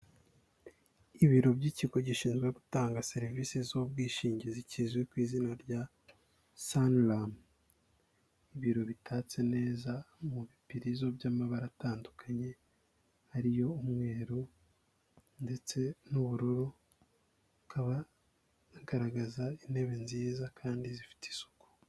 Ibiro by'ikigo gishinzwe gutanga serivisi z'ubwishingizi kizwi ku izina rya Saniramu, ibiro bitatse neza mu bipirizo by'amabara atandukanye, ari yo umweru ndetse n'ubururu, bakaba bagaragaza intebe nziza kandi zifite isuku.